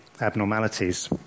abnormalities